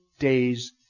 Days